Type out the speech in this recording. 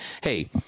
hey